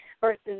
versus